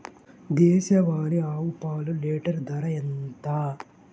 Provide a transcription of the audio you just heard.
దేశవాలీ ఆవు పాలు లీటరు ధర ఎంత?